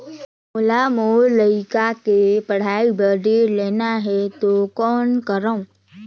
मोला मोर लइका के पढ़ाई बर ऋण लेना है तो कौन करव?